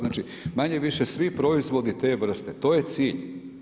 Znači, manje-više svi proizvodi te vrste, to je cilj.